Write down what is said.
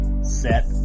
set